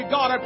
God